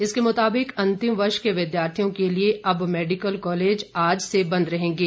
इसके मुताबिक अंतिम वर्ष के विद्यार्थियों के लिए अब मेडिकल कॉलेज आज से बंद रहेंगे